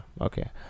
okay